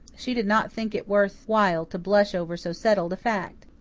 she did not think it worth while to blush over so settled a fact.